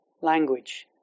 language